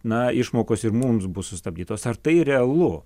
na išmokos ir mums bus sustabdytos ar tai realu